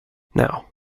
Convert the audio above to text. now